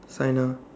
sign ah